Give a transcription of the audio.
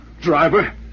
driver